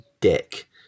dick